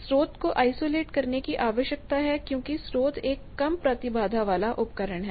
स्रोत को आइसोलेट करने की आवश्यकता है क्योंकि स्रोत एक कम प्रतिबाधा वाला उपकरण है